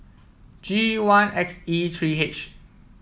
G one X E three H